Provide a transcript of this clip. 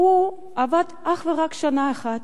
והוא עבד אך ורק שנה אחת.